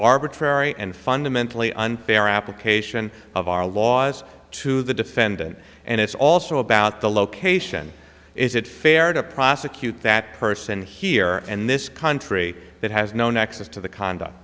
arbitrary and fundamentally unfair application of our laws to the defendant and it's also about the location is it fair to prosecute that person here and this country that has no nexus to the conduct